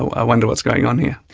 i wonder what's going on here.